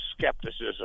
skepticism